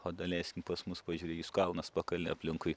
o daleiskim pas mus pažiūrėjus kalnas pakalnė aplinkui